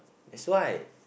that's why